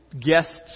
guests